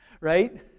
Right